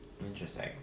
Interesting